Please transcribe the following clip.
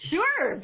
Sure